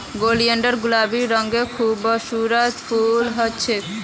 oleander गुलाबी रंगेर खूबसूरत फूल ह छेक